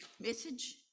message